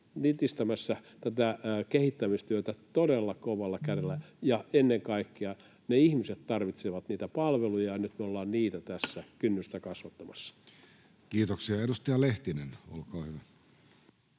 nitistämässä tätä kehittämistyötä todella kovalla kädellä. Ennen kaikkea ne ihmiset tarvitsevat niitä palveluja, ja nyt me ollaan niiden kynnystä tässä kasvattamassa. [Speech 94] Speaker: Jussi Halla-aho